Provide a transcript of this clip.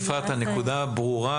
אפרת, הנקודה ברורה.